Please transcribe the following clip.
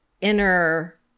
inner